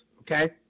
okay